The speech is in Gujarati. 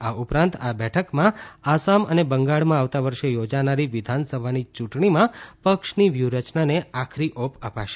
આ ઉપરાંત આ બેઠકમાં આસામ અને બંગાળમાં આવતા વર્ષે યોજનારી વિધાનસભાની યુંટણીમાં પક્ષની વ્યુહરચનાને આખરી ઓપ અપાશે